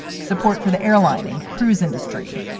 support for the airline and cruise industry.